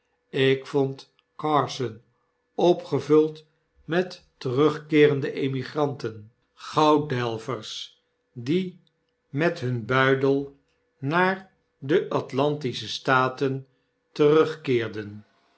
ik vond carson opgevuld met terugkeerende emigranten gouddelvers die met hun buidel naar de atlantische staten terugkeerden